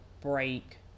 break